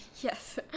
Yes